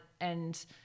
and-